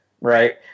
right